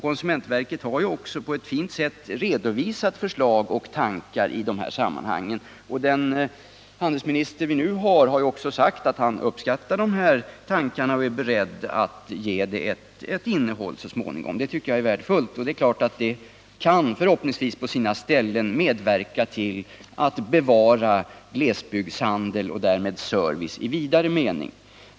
Konsumentverket har också på ett fint sätt redovisat förslag och tankar i dessa sammanhang. Den nuvarande handelsministern har också sagt att han uppskattar dessa tankar och är beredd att så småningom ge dem ett konkret innehåll. Det tycker jag är värdefullt. Det kan förhoppningsvis på sina ställen medverka till att bevara glesbygdshandel och därmed service i vidare mening.